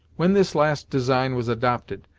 when this last design was adopted,